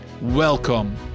welcome